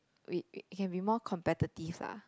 we we can be more competitive ah